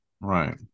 right